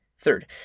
Third